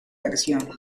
versión